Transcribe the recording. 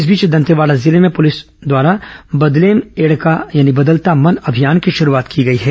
इस बीच दंतेवाड़ा जिले में पुलिस द्वारा बदलेम एड़का बदलता मन अभियान की शुरूआत की गई है